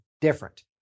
different